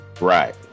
right